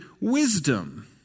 wisdom